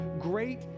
great